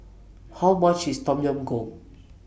How much IS Tom Yam Goong